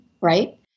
right